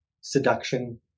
seduction